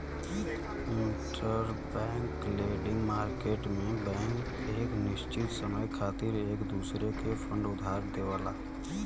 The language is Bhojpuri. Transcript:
इंटरबैंक लेंडिंग मार्केट में बैंक एक निश्चित समय खातिर एक दूसरे के फंड उधार देवला